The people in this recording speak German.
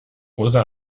rosa